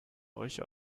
euch